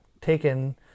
taken